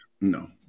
No